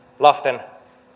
lasten